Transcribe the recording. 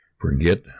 forget